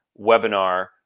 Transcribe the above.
webinar